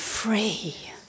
free